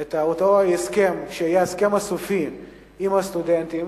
את אותו הסכם שיהיה ההסכם הסופי עם הסטודנטים,